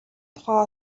тухай